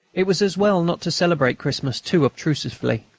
it was as well not to celebrate christmas too obtrusively.